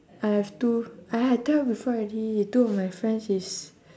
I have two !aiya! I tell you before already two of my friends is